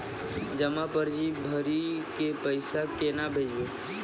जमा पर्ची भरी के पैसा केना भेजबे?